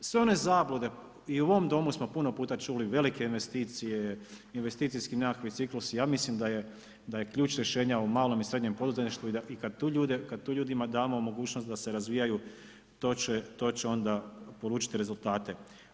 Sve ove zablude i u ovom Domu smo puno puta čuli, velike investicije, investicijski nekakvi ciklus, ja mislim da je ključ rješenja o malom i srednjem poduzetništvu i kada tu ljudima damo mogućnost da se razvijaju, to će onda polučiti rezultate.